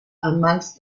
amongst